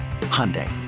Hyundai